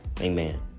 Amen